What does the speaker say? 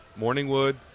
Morningwood